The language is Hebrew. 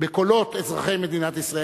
בקולות אזרחי מדינת ישראל,